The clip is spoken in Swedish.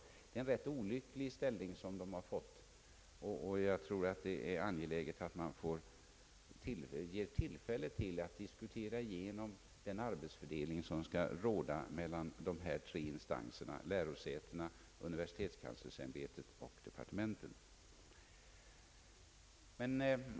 Det är en rätt olycklig ställning som ämbetet därmed har fått. Jag tror att det är angeläget att man får möjlighet att diskutera igenom den arbetsfördelning som skall råda mellan dessa tre instanser: lärosätena, universitetskanslersämbetet och departementet.